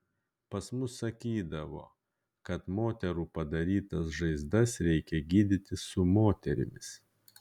pas mus sakydavo kad moterų padarytas žaizdas reikia gydyti su moterimis